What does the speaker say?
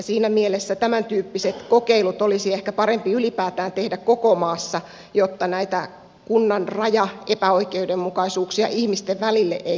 siinä mielessä tämäntyyppiset kokeilut olisi ehkä parempi ylipäätään tehdä koko maassa jotta näitä kunnan raja epäoikeudenmukaisuuksia ihmisten välille ei tulisi